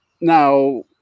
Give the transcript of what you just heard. now